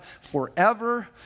forever